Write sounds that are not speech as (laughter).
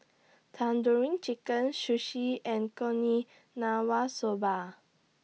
Tandoori Chicken Sushi and (unintelligible) Soba